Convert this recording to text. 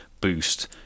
boost